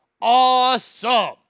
Awesome